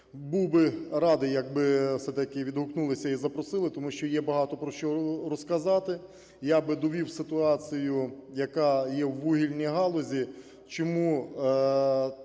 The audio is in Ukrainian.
був би радий, якби все-таки відгукнулися і запросили, тому що є багато про що розказати. Я би довів ситуацію, яка є у вугільній галузі, чому